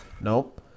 Nope